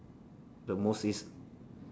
the most is